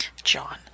John